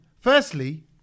firstly